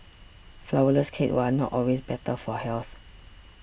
Flourless Cakes are not always better for health